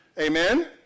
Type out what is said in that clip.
amen